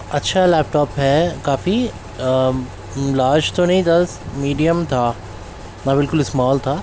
اچھا laptop ہے کافی لارج تو نہیں تھا میڈیم تھا نہ بالکل اسمال تھا